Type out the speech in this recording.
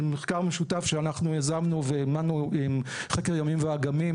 מחקר משותף שאנחנו יזמנו עם חקר ימים ואגמים